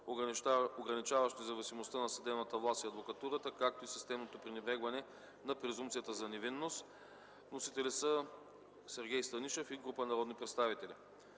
ограничаващ независимостта на съдебната власт и адвокатурата, както и системното пренебрегване на презумпцията за невинност. Вносители са народният представител Сергей Станишев и група народни представители.